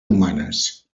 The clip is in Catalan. humanes